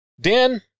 Dan